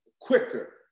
quicker